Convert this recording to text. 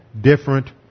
different